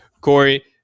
Corey